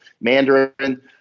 Mandarin